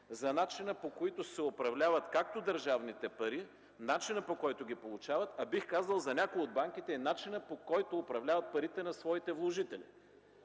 за начина, по който се управляват както държавните пари, така и за начина, по който ги получават, а бих казал, за някои от банките, и начина, по който управляват парите на своите вложители.